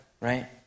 right